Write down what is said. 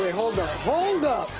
hold up, hold up,